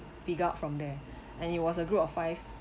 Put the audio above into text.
figure out from there and it was a group of five